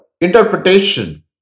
interpretation